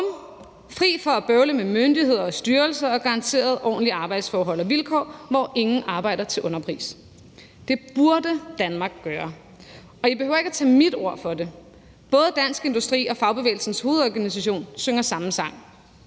fri for at bøvle med myndigheder og styrelser og garanteret ordentlige arbejdsforhold og vilkår, hvor ingen arbejder til underpris. Det burde Danmark gøre, og I behøver ikke at tage mit ord for det. Både Dansk Industri og Fagbevægelsens Hovedorganisation synger samme sang.